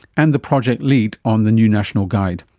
and the project lead on the new national guide.